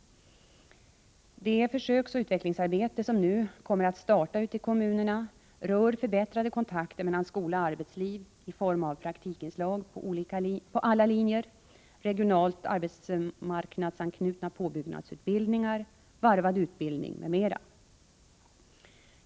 Det försöksoch utvecklingsarbete som nu kommer att starta ute i kommunerna rör förbättrade kontakter mellan skola och arbetsliv i form av praktikinslag på alla linjer, regionalt arbetsmarknadsanknutna påbyggnadsutbildningar, varvad utbildning m.m.